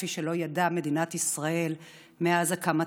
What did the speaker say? כפי שלא ידעה מדינת ישראל מאז הקמתה,